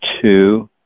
two